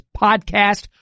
podcast